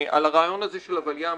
על הרעיון הזה של הוולי"ם,